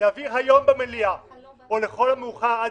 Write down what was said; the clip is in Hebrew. להעביר היום במליאה או לכל המאוחר עד